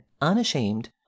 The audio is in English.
unashamed